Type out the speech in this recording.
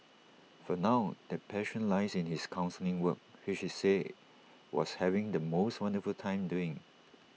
for now that passion lies in his counselling work which he said was having the most wonderful time doing